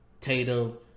Tatum